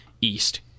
East